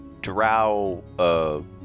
drow